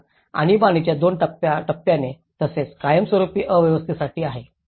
तर आणीबाणीच्या दोन टप्प्याटप्प्याने तसेच कायमस्वरुपी अवस्थेसाठीही आहे